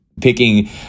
picking